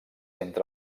entre